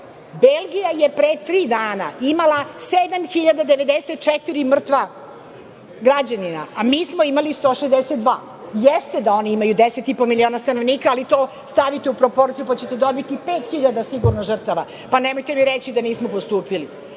Belgija je pre tri dana imala 7.094 mrtva građanina, a mi smo imali 162. Jeste da oni imaju deset i po miliona stanovnika, ali to stavite u proporciju pa ćete dobiti pet hiljada sigurno žrtava. Nemojte mi reći da nismo postupili. Da